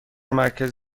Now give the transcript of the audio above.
مرکز